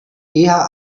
eher